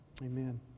Amen